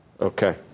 Okay